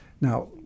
now